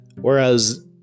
Whereas